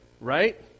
right